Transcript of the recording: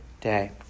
day